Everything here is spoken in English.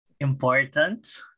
important